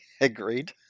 Agreed